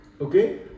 Okay